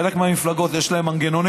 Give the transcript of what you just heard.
חלק מהמפלגות, יש להן מנגנונים,